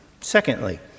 Secondly